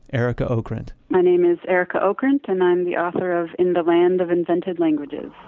arika okrent my name is arika okrent and i'm the author of in the land of invented languages.